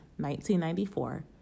1994